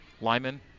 Lyman